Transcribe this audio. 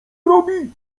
robi